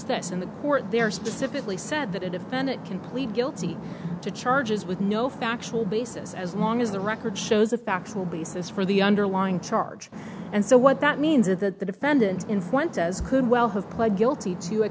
this in the court there specifically said that a defendant can plead guilty to charges with no factual basis as long as the record shows a factual basis for the underlying charge and so what that means is that the defendant in went as could well have pled guilty to a